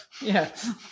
Yes